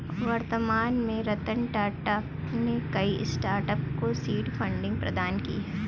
वर्तमान में रतन टाटा ने कई स्टार्टअप को सीड फंडिंग प्रदान की है